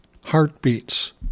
heartbeats